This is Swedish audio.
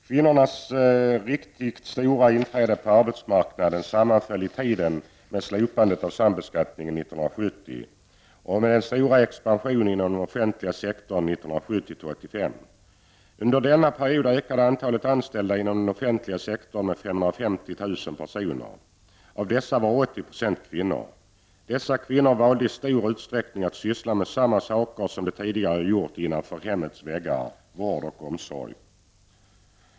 Kvinnornas riktigt stora inträde på arbetsmarknaden sammanföll i tid med slopandet av sambeskattningen 1970 och med den stora expansionen inom den offentliga sektorn 1970-- Av dessa var 80 % kvinnor som i stor utsträckning valde att syssla med samma saker som de tidigare gjort inom hemmets väggar, vård och omsorg.